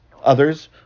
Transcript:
others